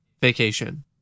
Vacation